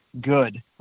good